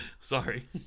Sorry